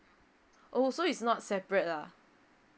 oh so it's not separate lah